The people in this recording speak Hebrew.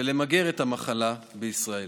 ולמגר את המחלה בישראל.